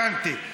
הבנתי.